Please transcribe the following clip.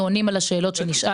אנחנו עונים על השאלות שנשאלנו,